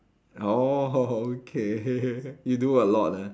oh okay you do a lot ah